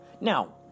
Now